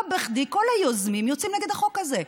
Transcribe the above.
לא בכדי כל היוזמים יוצאים נגד החוק הזה.